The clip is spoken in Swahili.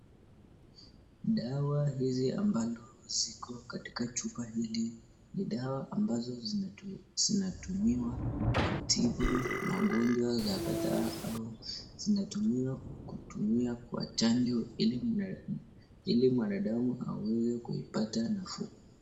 Dawa hizi ambalo liko katika chupa hili ni dawa ambazo zinatumiwa kutibu magonjwa za kataa au zinatumiwa kutumia kwa chanjo ili mwanadamu aweze kupata nafuu.